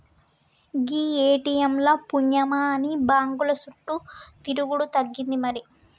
గీ ATM ల పుణ్యమాని బాంకుల సుట్టు తిరుగుడు తగ్గింది మరి